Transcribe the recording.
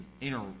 inner